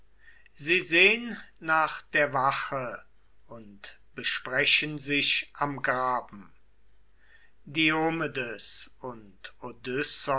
sie sehn nach der wache und besprechen sich am graben diomedes und